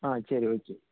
ஆ சரி ஓகே